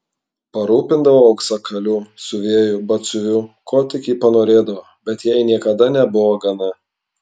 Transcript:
parūpindavau auksakalių siuvėjų batsiuvių ko tik ji panorėdavo bet jai niekada nebuvo gana